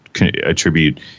attribute